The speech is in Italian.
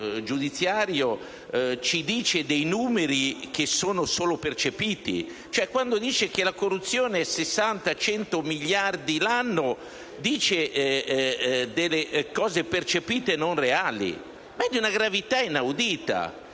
giudiziario, ci riporta dei numeri che sono solo percepiti. Quando dice che la corruzione è 60 o 100 miliardi l'anno, dice delle cose percepite e non reali? È di una gravità inaudita.